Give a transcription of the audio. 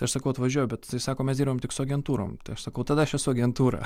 aš sakau atvažiuoju bet tai sako mes dirbam tik su agentūrom tai aš sakau tada aš esu agentūra